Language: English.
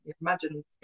imagine